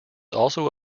also